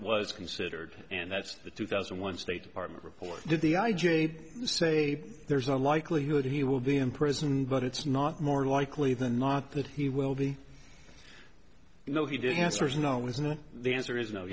was considered and that's the two thousand and one state department report did the i j a say there's a likelihood he will be in prison but it's not more likely than not that he will be you know he did answer is no isn't the answer is no